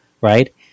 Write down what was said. right